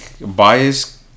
Bias